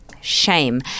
shame